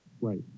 Right